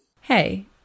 hey